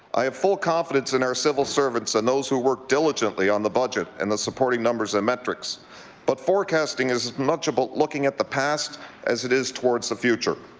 i have full confidence in our civil servants and those who work diligently on the budget and the supporting numbers and metrics but forecasting is much about looking at the past as it is towards the future.